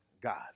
God